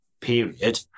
period